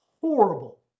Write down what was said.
horrible